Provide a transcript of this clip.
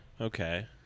Okay